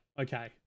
okay